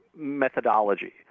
methodology